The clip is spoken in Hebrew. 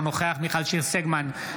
אינו נוכח מיכל שיר סגמן,